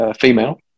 female